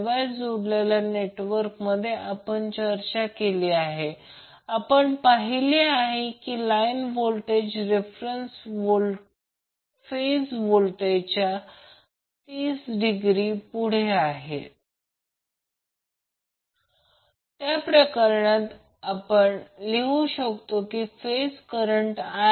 8 असतो याचा अर्थ येथे P शोधायचे आहे आणि VAr साठी Q शोधणे आवश्यक आहे आणि म्हणून प्रथम कॉम्प्लेक्स रियल आणि रिअक्टिव पॉवर अब्सोरबड बाय लोडcomplex real reactive power absorb by load आणि b लाईन करंट आणि c kVAr रेट तीन कॅपेसिटर असतात जे लोडसह समांतर डेल्टा कनेक्ट करू शकतात मी पॉवर फॅक्टर 0